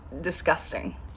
disgusting